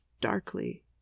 darkly